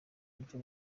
buryo